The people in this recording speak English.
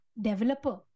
developer